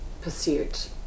pursuit